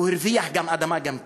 הוא הרוויח גם אדמה, גם כסף,